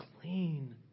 clean